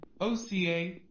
OCA